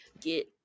get